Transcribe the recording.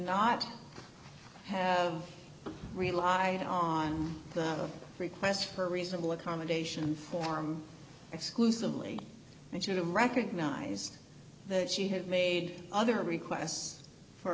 not have relied on a request for reasonable accommodation form exclusively and should have recognized that she had made other requests for